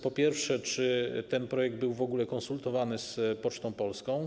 Po pierwsze więc, czy ten projekt był w ogóle konsultowany z Pocztą Polską?